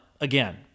again